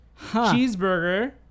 Cheeseburger